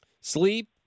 Sleep